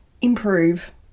improve